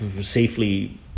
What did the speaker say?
safely